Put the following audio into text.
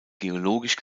geologisch